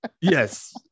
Yes